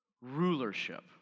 rulership